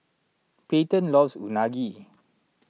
Payten loves Unagi